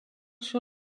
sur